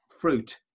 fruit